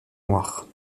noirs